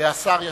והשר ישיב,